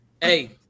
Hey